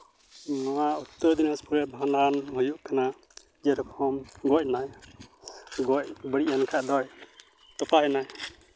ᱱᱚᱣᱟ ᱩᱛᱛᱚᱨ ᱫᱤᱱᱟᱡᱽᱯᱩᱨ ᱨᱮᱭᱟᱜ ᱵᱷᱟᱸᱰᱟᱱ ᱦᱩᱭᱩᱜ ᱠᱟᱱᱟ ᱡᱮᱨᱚᱠᱚᱢ ᱜᱚᱡ ᱮᱱᱟᱭ ᱜᱚᱡ ᱵᱟᱹᱲᱤᱡ ᱮᱱ ᱠᱷᱟᱱ ᱫᱚᱭ ᱛᱚᱯᱟᱭᱮᱱᱟᱭ